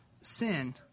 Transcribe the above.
sin